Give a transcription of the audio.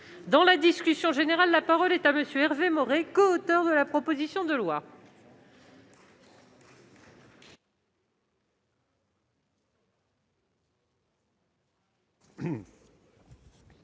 Dans la discussion générale, la parole est à M. Hervé Maurey, coauteur de la proposition de loi.